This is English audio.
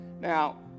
Now